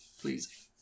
Please